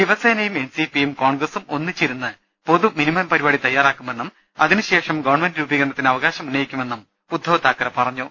ശിവസേനയും N C പിയും കോൺഗ്രസും ഒന്നിച്ചിരുന്ന് പൊതു മിനിമം പരിപാടി തയ്യാറാക്കുമെന്നും അതിനുശേഷം ഗവൺമെന്റ് രൂപീകരണത്തിന് അവകാ ശമുന്നയിക്കുമെന്നും ഉദ്ധവ് താക്കറെ പറഞ്ഞു